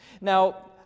Now